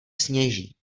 sněží